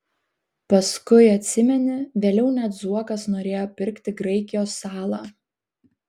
paskui atsimeni vėliau net zuokas norėjo pirkti graikijos salą